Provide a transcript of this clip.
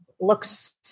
looks